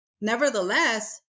nevertheless